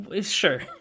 Sure